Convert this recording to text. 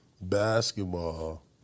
basketball